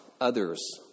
others